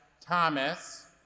Thomas